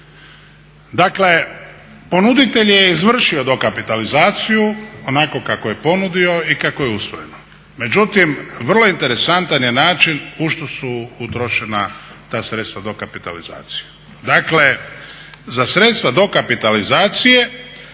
Dakle, ponuditelj je izvršio dokapitalizaciju onako kako je ponudio i kako je usvojeno. Međutim, vrlo interesantan je način u što su utrošena ta sredstva dokapitalizacije. Dakle, za sredstva dokapitalizacije